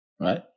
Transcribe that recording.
Right